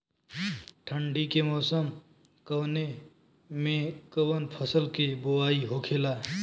ठंडी के मौसम कवने मेंकवन फसल के बोवाई होखेला?